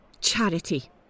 Charity